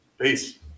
Peace